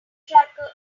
tracker